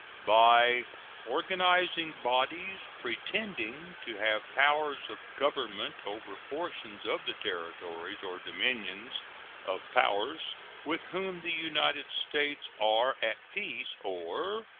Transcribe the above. by organizing bodies pretending to have powers of government over portions of the territories or dominions of powers with whom the united states are at peace, or,